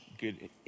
good